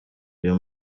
uyu